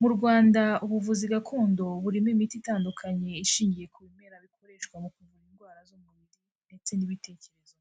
Mu Rwanda ubuvuzi gakondo burimo imiti itandukanye ishingiye ku bimera bikoreshwa mu kuvura indwara z'umubiri ndetse n'ibitekerezo.